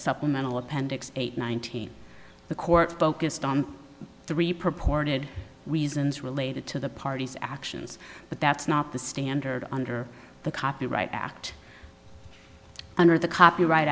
supplemental appendix eight nineteen the court focused on three purported reasons related to the parties actions but that's not the standard under the copyright act under the copyright